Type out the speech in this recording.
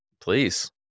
Please